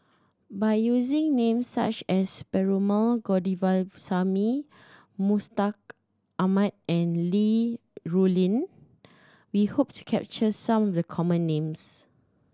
by using names such as Perumal Govindaswamy Mustaq Ahmad and Li Rulin we hope to capture some of the common names